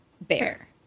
bear